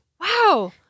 Wow